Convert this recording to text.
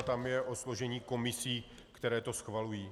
Tam jde o složení komisí, které to schvalují.